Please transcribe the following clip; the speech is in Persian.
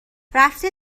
رفته